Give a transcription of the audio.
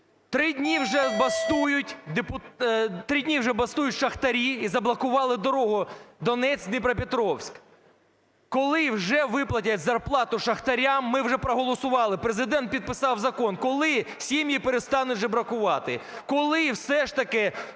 Три дні вже бастують шахтарі і заблокували дорогу Донецьк - Дніпропетровськ. Коли вже виплатять зарплату шахтарям? Ми вже проголосували, Президент підписав закон. Коли сім'ї перестануть жебракувати, коли все ж таки